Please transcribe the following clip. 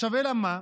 אלא מה?